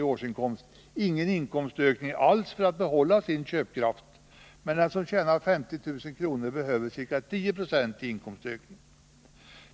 i årsinkomst ingen inkomstökning alls för att behålla sin köpkraft, medan den som tjänar 50 000 kr. behöver ca 10 90 i inkomstökning.